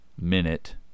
minute